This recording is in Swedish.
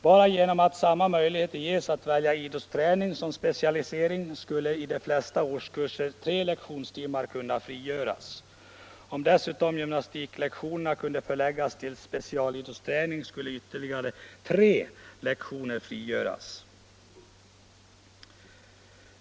Bara genom att samma möjlighet ges att välja idrottsträning som specialisering skulle i de flesta årskurser tre lektionstimmar kunna frigöras. Om dessutom gymnastiklektionerna kunde förläggas till specialidrottsträningen skulle ytterligare tre lektioner frigöras.